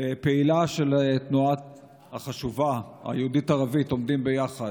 ופעילה של התנועה היהודית-ערבית החשובה "עומדים ביחד",